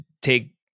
take